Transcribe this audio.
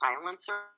silencer